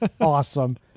awesome